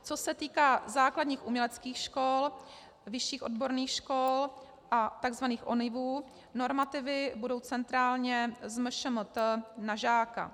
Co se týká základních uměleckých škol, vyšších odborných škol a takzvaných ONIV, normativy budou centrálně z MŠMT na žáka.